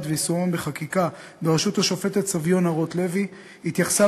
ויישומם בחקיקה בראשות השופטת סביונה רוטלוי התייחסה